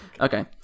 Okay